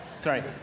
Sorry